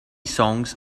songs